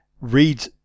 read